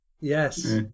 yes